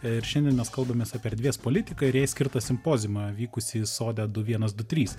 ir šiandien mes kalbamės apie erdvės politiką ir jai skirtą simpoziumą vykusį sode du vienas du trys